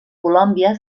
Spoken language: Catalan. colòmbia